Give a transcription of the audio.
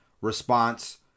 response